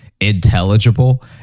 intelligible